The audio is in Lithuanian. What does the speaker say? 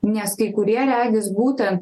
nes kai kurie regis būtent